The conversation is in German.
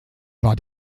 war